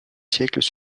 siècles